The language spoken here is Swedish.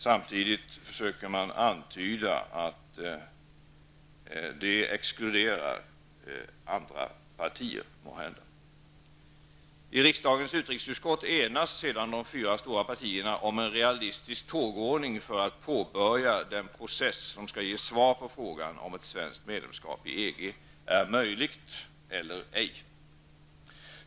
Samtidigt antyder de att detta exkluderar andra partier. I rikdagens utrikesutskott enas sedan de fyra fyra stora partierna om en realistisk tågordning för att påbörja den process som skall ge svar på frågan om ett svensk medlemskap i EG är möjligt eller ej.